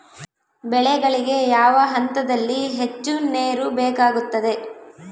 ಬೆಳೆಗಳಿಗೆ ಯಾವ ಹಂತದಲ್ಲಿ ಹೆಚ್ಚು ನೇರು ಬೇಕಾಗುತ್ತದೆ?